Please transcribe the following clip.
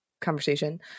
conversation